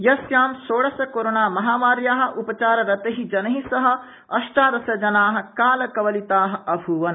यस्यां षोडश कोरोना महमार्या उपचाररतै जनै सह अष्टादश जना कालकवलिता अभूवन्